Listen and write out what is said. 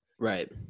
Right